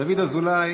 דוד אזולאי,